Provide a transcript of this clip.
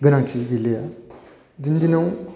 गोनांथि गैलिया दिनैनि दिनाव